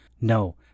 No